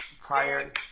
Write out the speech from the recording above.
prior